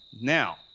now